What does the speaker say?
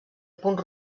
punt